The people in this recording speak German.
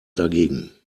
dagegen